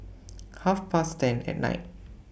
Half Past ten At Night